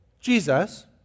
Jesus